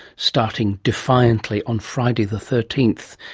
starting defiantly on friday the thirteenth.